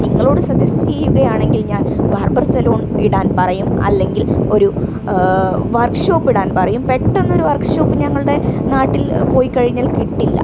നിങ്ങളോട് സജസ്റ്റെയ്യുകയാണെങ്കിൽ ഞാൻ ബാർബർ സലൂൺ ഇടാൻ പറയും അല്ലെങ്കിൽ ഒരു വർക്ക്ഷോപ്പിടാൻ പറയും പെട്ടെന്നൊര് വർക്ക്ഷോപ്പ് ഞങ്ങളുടെ നാട്ടിൽ പോയിക്കഴിഞ്ഞാൽ കിട്ടില്ല